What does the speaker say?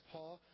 Paul